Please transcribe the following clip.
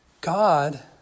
God